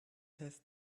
have